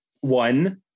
one